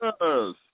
yes